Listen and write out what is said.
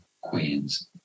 queen's